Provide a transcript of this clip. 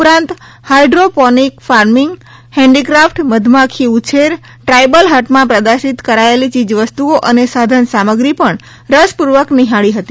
ઉપરાંત hydroponic farming handicraft મધમાખી ઉછેર ટ્રાયબલ હટમાં પ્રદર્શિત કરાયેલી ચીજ વસ્તુઓ અને સાધન સામગ્રી પણ રસપૂર્વક નિહાળી હતી